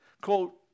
quote